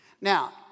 Now